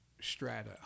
strata